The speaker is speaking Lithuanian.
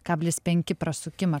kablis penki prasukimą